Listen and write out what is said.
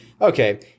Okay